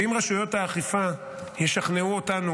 ואם רשויות האכיפה ישכנעו אותנו,